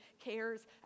cares